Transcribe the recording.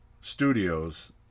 studios